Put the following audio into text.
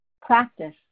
practice